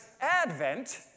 Advent